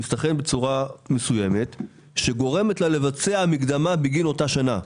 היא מסתנכרנת בצורה מסוימת שגורמת לה לבצע מקדמה בגין אותה שנה.